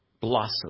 blossom